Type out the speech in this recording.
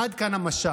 עד כאן המשל.